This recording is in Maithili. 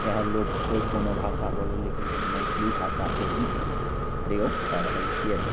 चाहे लोक कोइ कोनो भाषा बोलै लेकिन हम मैथिली भाषाके ही प्रयोग कऽ रहल छिए